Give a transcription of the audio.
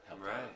right